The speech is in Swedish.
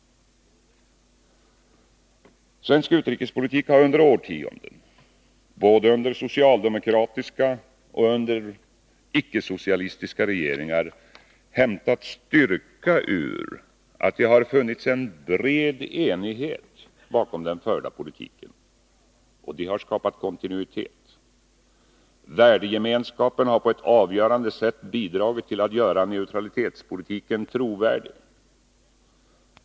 Svensk utrikespolitik har under årtionden — både under socialdemokratiska och under icke-socialistiska regeringar — hämtat styrka ur att det har funnits en bred enighet bakom den förda politiken. Det har skapat kontinuitet. Värdegemenskapen har på ett avgörande sätt bidragit till att göra neutralitetspolitiken trovärdig.